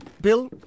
Bill